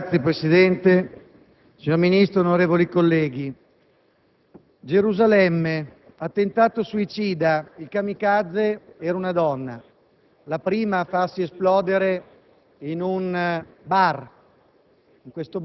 Signor Presidente, signor Ministro, onorevoli colleghi: Gerusalemme, attentato suicida, il *kamikaze* era una donna, la prima a farsi esplodere in un bar.